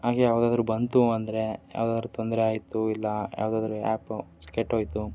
ಹಾಗೆ ಯಾವುದಾದ್ರೂ ಬಂತು ಅಂದರೆ ಯಾವುದಾದ್ರೂ ತೊಂದರೆ ಆಯಿತು ಇಲ್ಲ ಯಾವುದಾದ್ರೂ ಆ್ಯಪ್ ಕೆಟ್ಟೋಯಿತು